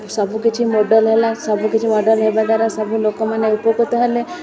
ସବୁ କିଛି ମଡେଲ୍ ହେଲା ସବୁ କିଛି ମଡ଼େଲ୍ ହେବା ଦ୍ଵାରା ସବୁ ଲୋକମାନେ ଉପକୃତ ହେଲେ